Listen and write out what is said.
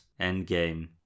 Endgame